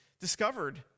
discovered